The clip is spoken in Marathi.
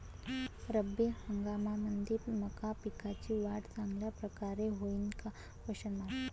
रब्बी हंगामामंदी मका पिकाची वाढ चांगल्या परकारे होईन का?